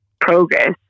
progress